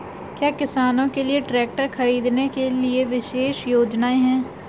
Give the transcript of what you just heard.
क्या किसानों के लिए ट्रैक्टर खरीदने के लिए विशेष योजनाएं हैं?